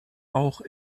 auch